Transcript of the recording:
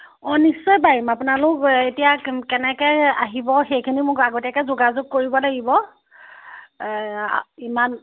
অঁ নিশ্চয় পাৰিম আপোনালোক এতিয়া কেনেকৈ অহিব সেইখিনি মোক আগতীয়াকৈ যোগাযোগ কৰিব লাগিব ইমান